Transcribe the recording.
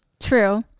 True